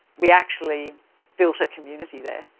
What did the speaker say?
we actually built a community there.